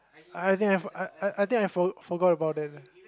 I think I I I think I forgot about that uh